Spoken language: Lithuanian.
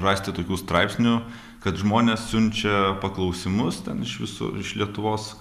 rasti tokių straipsnių kad žmonės siunčia paklausimus ten iš visur iš lietuvos